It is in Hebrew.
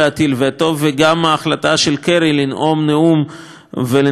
וגם את ההחלטה של קרי לנאום נאום ולנסות לקבע